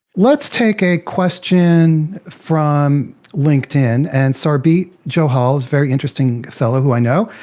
let's take a question from linkedin. and sarbjeet johel, a very interesting fellow who i know,